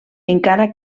encara